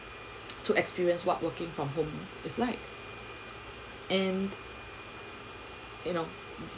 to experience what working what from home is like and you know